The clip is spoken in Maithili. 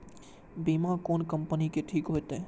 बीमा कोन कम्पनी के ठीक होते?